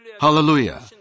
Hallelujah